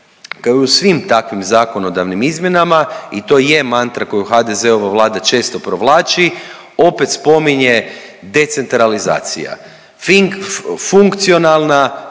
kao i u svim takvim zakonodavnim izmjenama i to i je mantra koju HDZ-ova Vlada često provlači, opet spominje decentralizacija. Fink, funkcionalna,